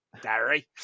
Derry